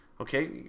okay